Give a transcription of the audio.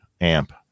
amp